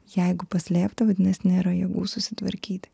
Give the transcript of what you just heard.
jeigu paslėpta vadinasi nėra jėgų susitvarkyti